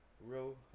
real